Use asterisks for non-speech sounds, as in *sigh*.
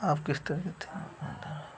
आप किस तरह *unintelligible*